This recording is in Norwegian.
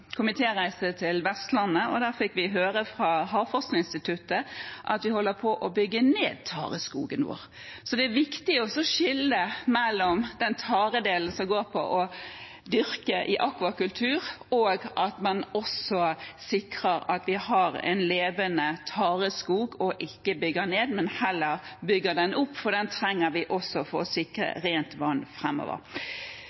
til Vestlandet, og der fikk vi høre fra Havforskningsinstituttet at vi holder på å bygge ned tareskogen vår. Så det er viktig å skille mellom den delen som går på å dyrke tare, akvakultur, og at vi sikrer at vi har en levende tareskog, at vi ikke bygger den ned, men heller bygger den opp, for den trenger vi også for å sikre